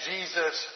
Jesus